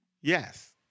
Yes